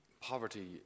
poverty